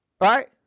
Right